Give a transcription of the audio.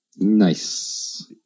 nice